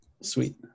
Sweet